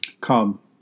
Come